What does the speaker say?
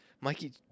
Mikey